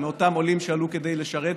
מאותם עולים שעלו כדי לשרת,